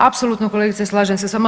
Apsolutno kolegice slažem se s vama.